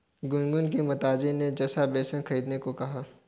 गुनगुन की माताजी ने चना बेसन खरीदने को कहा